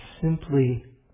simply